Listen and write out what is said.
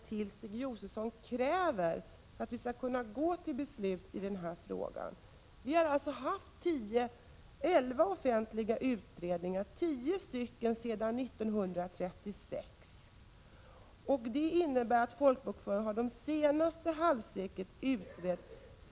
Jag tycker att även ni som är motståndare till förslaget borde kunna erkänna att servicen faktiskt blir bättre enligt detta förslag. Stig Josefson återkommer med att frågan är dåligt beredd.